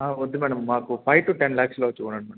ఆ వద్దు మేడం మాకు ఫైవ్ టూ టెన్ ల్యాక్స్లో చూడండి మేడం